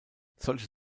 solche